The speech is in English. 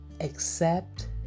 Accept